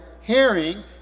hearing